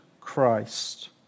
Christ